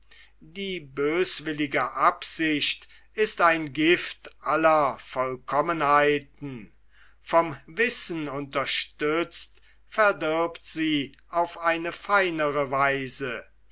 die böswillige absicht ist ein gift aller vollkommenheiten vom wissen unterstützt verdirbt sie auf eine feinere weise